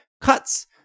cuts